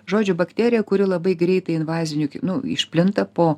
žodžiu bakterija kuri labai greitai invaziniu nu išplinta po